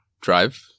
Drive